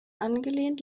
angelehnt